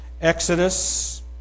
Exodus